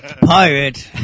Pirate